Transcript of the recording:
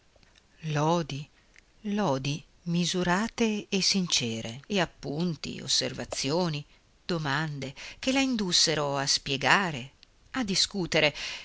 lodi lodi misurate e sincere e appunti osservazioni domande che la indussero a spiegare a discutere